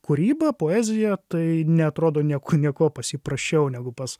kūryba poezija tai neatrodo niekuo niekuo pas jį prasčiau negu pas